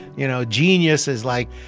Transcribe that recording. you know, genius is, like,